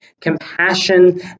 Compassion